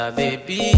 baby